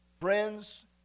Friends